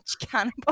cannibal